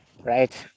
right